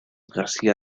garcía